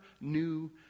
new